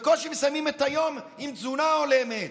בקושי מסיימים את היום עם תזונה הולמת?